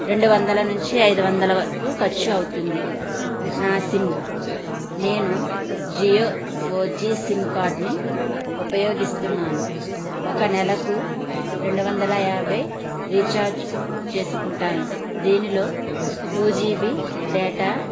రెండువందల నుంచి అయిదువందల వరకు ఖర్చు అవుతుంది నా సిమ్ నేను జియో ఫోర్ జీ సిమ్కార్డ్ని ఉపయోగిస్తున్నాను ఒక నెలకు రెండువందల యాభై రీఛార్జ్ చేసుకుంటాను దీనిలో టూ జీబీ డేటా